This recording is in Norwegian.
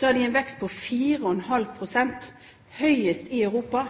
har de en vekst på 4,5 pst., høyest i Europa.